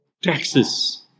taxes